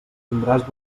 tindràs